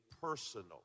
personal